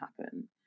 happen